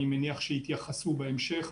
אני מניח שיתייחסו בהמשך.